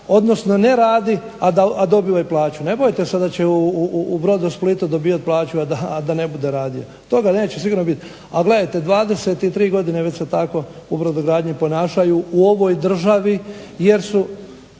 odnosno ne radi a dobivaj plaću. Ne bojte se da će u Brodosplitu dobivati plaću a da ne bude radio. Toga neće sigurno biti. A gledajte 23 godine već se tako u brodogradnji ponašaju u ovoj državi jer su